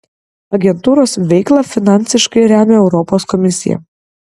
agentūros veiklą finansiškai remia europos komisija